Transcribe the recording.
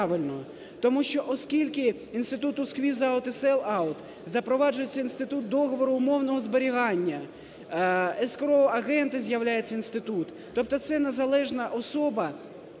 Тому що оскільки інституту сквіз-аут і селл-аут запроваджується інститут договору умовного зберігання, ескроу-агента з'являється інститут. Тобто це незалежна особа,